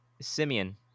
Simeon